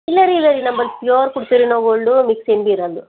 ಇಲ್ಲ ರೀ ಇಲ್ಲ ರೀ ನಮ್ಮಲ್ ಪ್ಯೂರ್ ಕೊಡ್ತೆವ್ರಿ ನಾವು ಗೋಲ್ಡು ಮಿಕ್ಸ್ ಏನು ಭಿ ಇರಲ್ಲದು